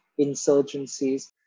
insurgencies